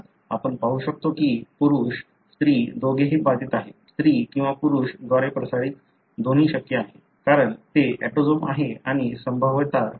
आपण पाहू शकतो की पुरुष स्त्री दोघेही बाधित आहेत स्त्री किंवा पुरुष द्वारे प्रसारित दोन्ही शक्य आहेत कारण ते ऑटोसोम आहे आणि संभाव्यता काय आहे